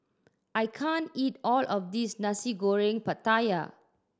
I can't eat all of this Nasi Goreng Pattaya